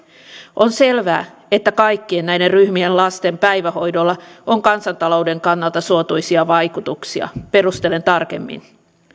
on selvää että kaikkien näiden ryhmien lasten päivähoidolla on kansantalouden kannalta suotuisia vaikutuksia perustelen tarkemmin